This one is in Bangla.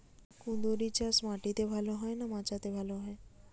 কুঁদরি চাষ মাটিতে ভালো হয় না মাচাতে ভালো হয়?